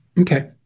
Okay